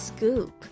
Scoop